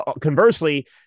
conversely